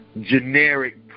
generic